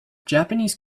japanese